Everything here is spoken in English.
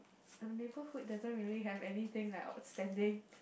our neighborhood doesn't really have anything that are outstanding